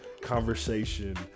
conversation